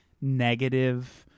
negative